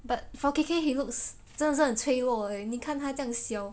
but for K_K he looks 真的是很脆弱 leh 你看他这样小